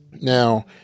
Now